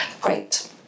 great